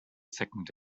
second